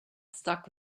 stuck